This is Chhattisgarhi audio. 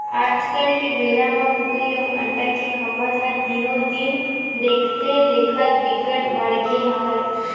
आजकाल के बेरा म कुकरी अउ अंडा के खपत ह दिनो दिन देखथे देखत बिकट बाड़गे हवय